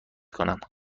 کنم